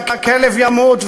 והכלב ימות,